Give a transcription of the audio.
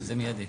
זה מיידי.